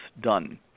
done